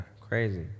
Crazy